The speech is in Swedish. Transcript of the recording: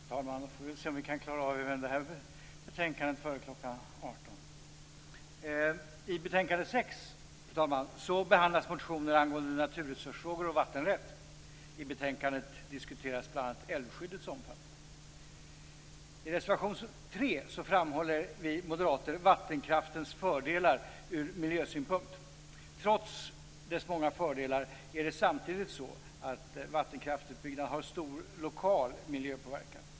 Fru talman! Då får vi se om vi kan klara av även det här betänkandet före kl. 18. I betänkande 6 behandlas motioner angående naturresursfrågor och vattenrätt. I betänkandet diskuteras bl.a. älvskyddets omfattning. I reservation 3 framhåller vi moderater vattenkraftens fördelar ur miljösynpunkt. Trots de många fördelarna är det samtidigt så att vattenkraftutbyggnaden har stor lokal miljöpåverkan.